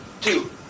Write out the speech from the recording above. two